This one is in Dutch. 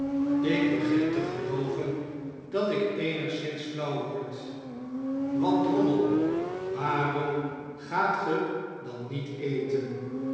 ik begin te gelooven dat ik eenigszins flauw word a wat drommel waarom gaat ge dan niet eten